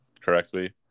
correctly